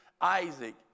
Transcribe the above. Isaac